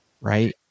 right